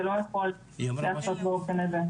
זה לא יכול להיעשות באופן הזה.